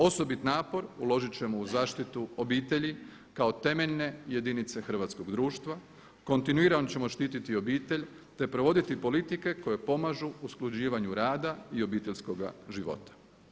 Osobit napor uložit ćemo u zaštitu obitelji kao temeljne jedinice hrvatskog društva, kontinuirano ćemo štititi obitelj te provoditi politike koje pomažu usklađivanju rada i obiteljskoga života.